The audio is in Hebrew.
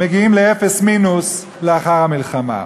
מגיעים למינוס לאחר המלחמה.